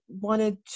wanted